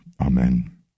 amen